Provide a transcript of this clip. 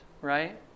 right